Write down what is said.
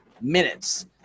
minutes